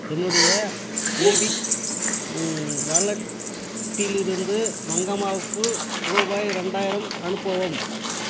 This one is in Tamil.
என்னுடைய மோபிக் வாலட்டிலிருந்து மங்கம்மாவுக்கு ரூபாய் ரெண்டாயிரம் அனுப்பவும்